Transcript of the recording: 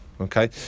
Okay